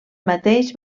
mateix